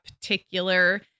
particular